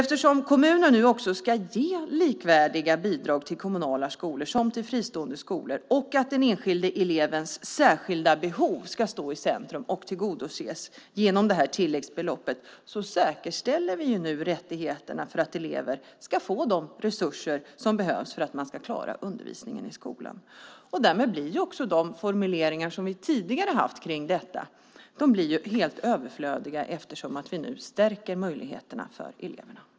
Eftersom kommunerna nu också ska ge likvärdiga bidrag till kommunala skolor och till fristående skolor och eftersom den enskilde elevens särskilda behov ska stå i centrum och tillgodoses genom tilläggsbeloppet säkerställer vi nu rättigheterna för att elever ska få de resurser som behövs för att man ska klara undervisningen i skolan. Därmed blir de formuleringar som vi tidigare har haft om detta helt överflödiga. Vi stärker ju nu möjligheterna för eleverna.